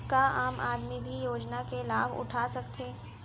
का आम आदमी भी योजना के लाभ उठा सकथे?